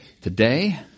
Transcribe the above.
Today